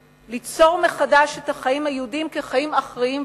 ליצור מחדש את החיים היהודיים כחיים אחראיים וריבוניים.